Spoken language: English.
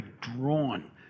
drawn